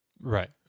Right